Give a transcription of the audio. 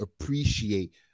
appreciate